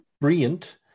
Brilliant